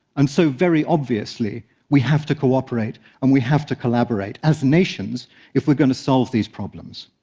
and so very obviously we have to cooperate and we have to collaborate as nations if we're going to solve these problems.